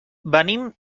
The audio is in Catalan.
venim